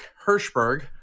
Hirschberg